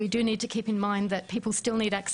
אם כך עלינו לזכור שאנשים עדיין צריכים גישה